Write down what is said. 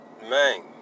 Man